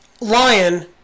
lion